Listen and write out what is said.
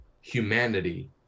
humanity